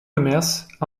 commerces